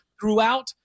throughout